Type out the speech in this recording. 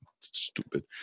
stupid